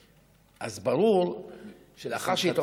אז ברור שלאחר שהתעוררת,